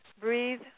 breathe